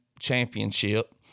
championship